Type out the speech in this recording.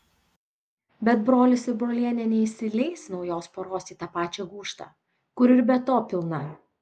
bet brolis ir brolienė neįsileis naujos poros į tą pačią gūžtą kur ir be to pilna